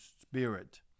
spirit